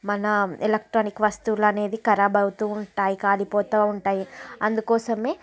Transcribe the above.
మన ఎలక్ట్రానిక్ వస్తువులనేది ఖరాబ్ అవుతూ ఉంటాయ్ కాలిపోతూ ఉంటాయి అందుకోసమే